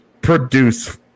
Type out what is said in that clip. produce